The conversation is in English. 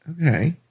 Okay